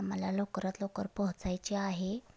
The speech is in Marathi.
आम्हाला लवकरात लवकर पोहचायचे आहे